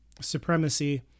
supremacy